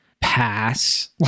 pass